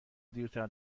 دیرتر